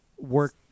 work